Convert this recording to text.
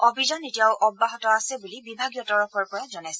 অভিযান এতিয়াও অব্যাহত আছে বুলি বিভাগীয় তৰফৰ পৰা জনাইছে